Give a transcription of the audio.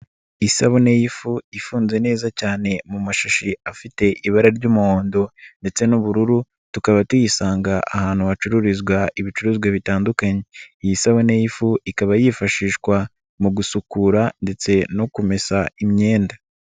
Isabune y'ifu ifunze neza cyane mu mashashi afite ibara ry'umuhondo ndetse n'ubururu, tukaba tuyisanga ahantu hacururizwa ibicuruzwa bitandukanye. Iyi sabune y'ifu ikaba yifashishwa mu gusukura ndetse no kumesa imyenda.